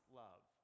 love